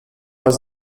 was